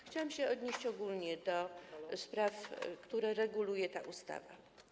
Chciałabym się odnieść ogólnie do spraw, które reguluje ta ustawa.